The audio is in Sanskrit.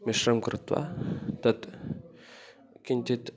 मिश्रं कृत्वा तत् किञ्चित्